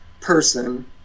person